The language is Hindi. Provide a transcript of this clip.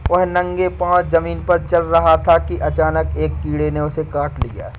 वह नंगे पांव जमीन पर चल रहा था कि अचानक एक कीड़े ने उसे काट लिया